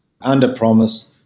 under-promise